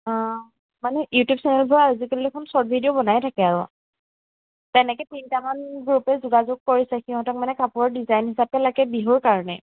মানে ইউটিউব চেনেলবোৰ আজিকালি এখন শৰ্ট ভিডিঅ' বনাই থাকে আৰু তেনেকে তিনিটামান গ্ৰুপে যোগাযোগ কৰিছে সিহঁতক মানে কাপোৰৰ ডিজাইন হিচাপে লাগে বিহুৰ কাৰণে